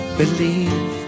believe